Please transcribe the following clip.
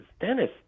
Dennis